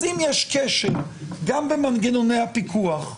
אז אם יש כשל גם במנגנוני הפיקוח,